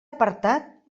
apartat